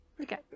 Okay